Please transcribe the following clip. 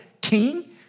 king